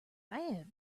bad